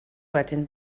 wedyn